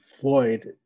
Floyd